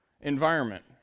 environment